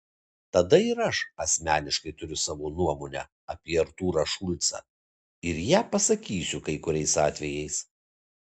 tada ir aš asmeniškai turiu savo nuomonę apie artūrą šulcą ir ją pasakysiu kai kuriais atvejais